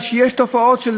למה שלא יעשו את זה?